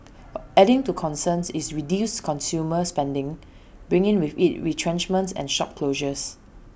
adding to concerns is reduced consumer spending bringing with IT retrenchments and shop closures